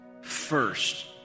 first